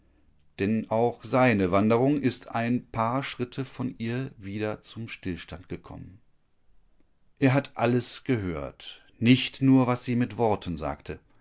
denn auch seine wanderung ist ein paar schritte von ihr wieder zum stillstand gekommen er hat alles gehört nicht nur was sie mit worten sagte